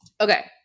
Okay